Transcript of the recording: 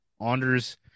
Anders